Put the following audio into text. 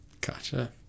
Gotcha